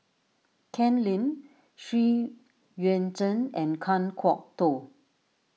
Ken Lim Xu Yuan Zhen and Kan Kwok Toh